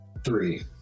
Three